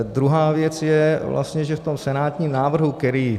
Druhá věc je vlastně, že v tom senátním návrhu, který...